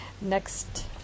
next